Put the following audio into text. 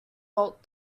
bolt